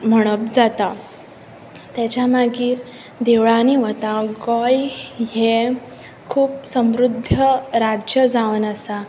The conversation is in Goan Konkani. म्हणप जाता तेच्या मागीर देवळांनी वता गोंय हें खूब समृद्ध राज्य जावन आसा